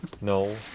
No